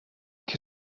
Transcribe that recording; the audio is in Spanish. que